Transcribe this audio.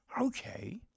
okay